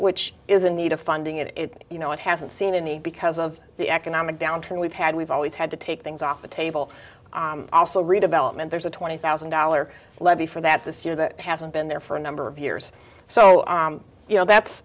which is in need of funding and you know it hasn't seen in the because of the economic downturn we've had we've always had to take things off the table also redevelopment there's a twenty thousand dollars levy for that this year that hasn't been there for a number of years so you know that's